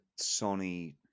Sony